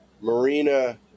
Marina